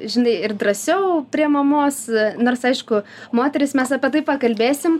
žinai ir drąsiau prie mamos nors aišku moterys mes apie tai pakalbėsim